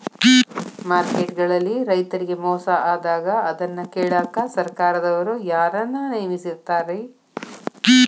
Market ಗಳಲ್ಲಿ ರೈತರಿಗೆ ಮೋಸ ಆದಾಗ ಅದನ್ನ ಕೇಳಾಕ್ ಸರಕಾರದವರು ಯಾರನ್ನಾ ನೇಮಿಸಿರ್ತಾರಿ?